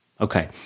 Okay